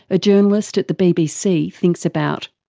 a journalist at the bbc, thinks about.